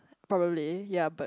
probably yea but